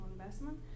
investment